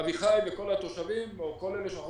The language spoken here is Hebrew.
אביחי וכל התושבים או כל אלה שאנחנו